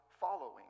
following